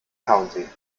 county